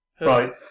Right